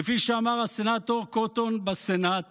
כפי שאמר הסנאטור קוטון בסנאט